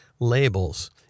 labels